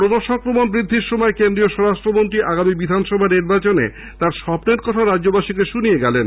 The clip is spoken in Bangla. করোনা সংক্রমণ বৃদ্ধির সময় কেন্দ্রীয় স্বরাষ্ট্রমন্ত্রী আগামী বিধানসভা নির্বাচনে তাঁর স্বপ্নের কথা রাজ্যবাসীকে শুনিয়ে গেলেন